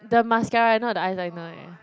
the mascara eh not the eyeliner eh